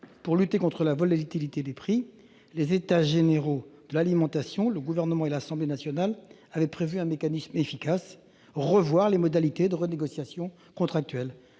Pour lutter contre la volatilité des prix, les États généraux de l'alimentation, le Gouvernement et l'Assemblée nationale avaient prévu un mécanisme efficace : revoir les modalités de renégociation contractuelle.